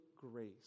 grace